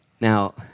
Now